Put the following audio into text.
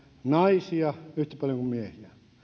naisia yhtä paljon kuin miehiä